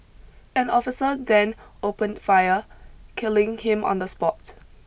an officer then opened fire killing him on the spot